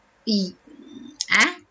!ee! ah